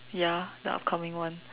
ya the upcoming one